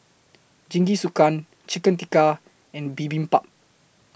Jingisukan Chicken Tikka and Bibimbap